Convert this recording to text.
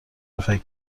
فکر